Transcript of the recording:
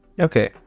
Okay